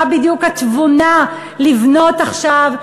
מה בדיוק התבונה לבנות עכשיו,